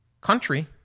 country